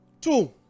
two